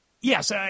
yes